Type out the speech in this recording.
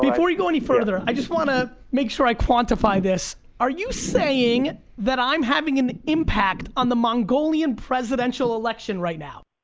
before you go any further, i just want to make sure i quantify this. are you saying that i'm having an impact on the mongolian presidential election right now?